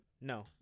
No